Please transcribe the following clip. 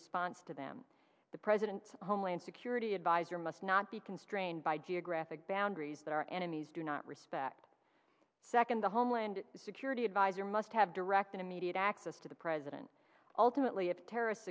response to them the president's homeland security adviser must not be constrained by geographic boundaries that our enemies do not respect second the homeland security adviser must have direct immediate access to the president ultimately if terrorist